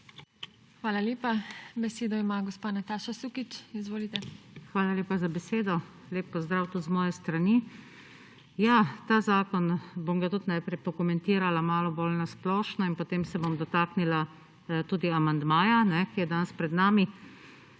Hvala lepa. Besedo ima gospa Nataša Sukič. Izvolite. NATAŠA SUKIČ (PS Levica): Hvala lepa za besedo. Lep pozdrav tudi z moje strani. Ta zakon, bom ga tudi najprej pokementirala malo bolj na splošno in potem se bom dotaknila tudi amandmaja, ki je danes pred nami.